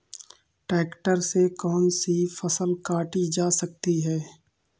Tractor से कौन सी फसल काटी जा सकती हैं?